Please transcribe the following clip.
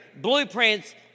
blueprints